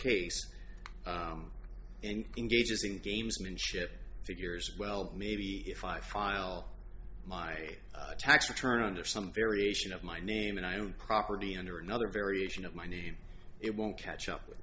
in engaging gamesmanship figures well maybe if i file my tax return under some variation of my name and i own property under another variation of my name it won't catch up with